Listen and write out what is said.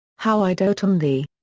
how i dote on thee!